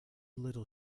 little